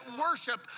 worship